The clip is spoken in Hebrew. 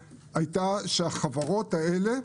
האלה,